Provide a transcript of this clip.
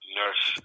nurse